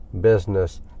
business